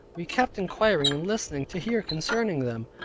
we kept inquiring and listening to hear concerning them,